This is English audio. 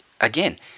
again